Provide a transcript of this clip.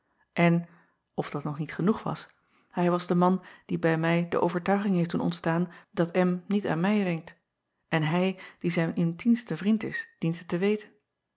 èn of dat nog niet genoeg was hij was de man die bij mij de overtuiging heeft doen ontstaan dat niet aan mij denkt en hij die zijn intiemste vriend is dient het te weten